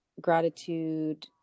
gratitude